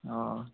अ